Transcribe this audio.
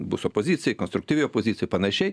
bus opozicija konstruktyvi opozicija panašiai